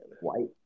White